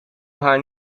haar